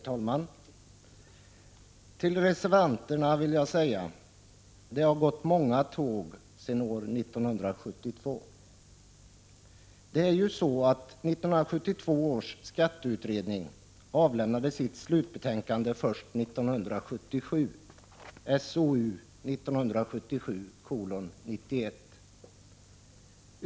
Herr talman! Till reservanterna vill jag säga: Det har gått många tåg sedan år 1972. Det är så att 1972 års skatteutredning avlämnade sitt slutbetänkande först 1977 .